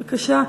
בבקשה.